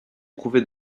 éprouvé